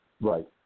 Right